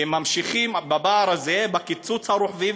הם ממשיכים בפער הזה בקיצוץ הרוחבי.